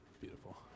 beautiful